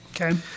Okay